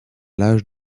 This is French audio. l’âge